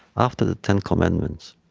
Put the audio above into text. after the ten commandments.